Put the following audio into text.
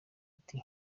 ati